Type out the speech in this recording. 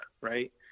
right